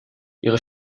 ihre